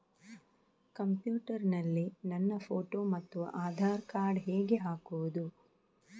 Computer ನಲ್ಲಿ ನನ್ನ photo ಮತ್ತು ಆಧಾರ್ ಕಾರ್ಡ್ ಹೇಗೆ ಹಾಕುವುದು?